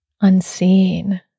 unseen